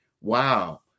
wow